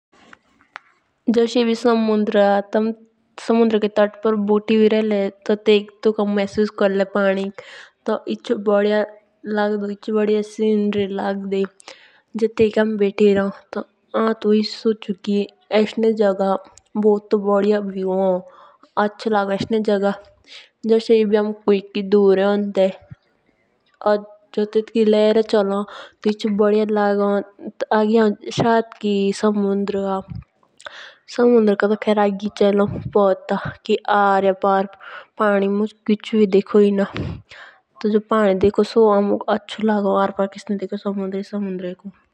जोश को समुंदर भी हो तो टेटके किनारे बोटे कोरी समुंदर देखें बहुत अच्छा लगो। या तेइके तोंदी तोंदी हवा चोलो।